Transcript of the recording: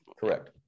Correct